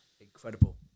incredible